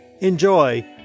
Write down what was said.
Enjoy